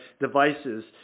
devices